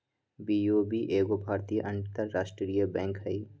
BOB एगो भारतीय अंतरराष्ट्रीय बैंक हइ